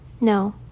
No